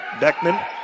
Beckman